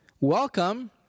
welcome